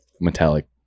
metallic